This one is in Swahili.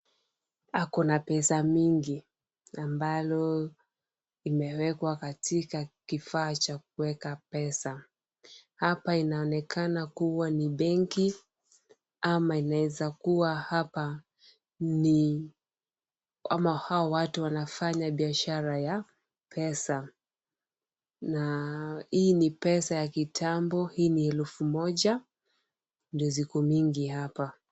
Ako na pesa mingi ambalo limewekwa katika kifaa cha kuweka pesa. Hapa inaonekana kuwa ni benki ama inaweza kuwa hapa ni au hao watu wanafanya biashara ya pesa, na hii ni pesa ya kitambo, hii ni elfu moja na ziko mingi hapa.